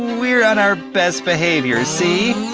we're on our best behavior, see?